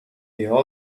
people